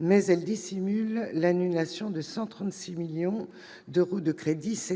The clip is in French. elle dissimule l'annulation, cet été, de 136 millions d'euros de crédits.